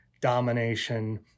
domination